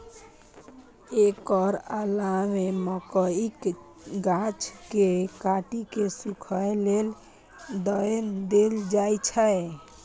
एकर अलावे मकइक गाछ कें काटि कें सूखय लेल दए देल जाइ छै